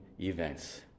events